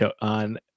on